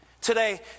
today